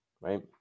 Right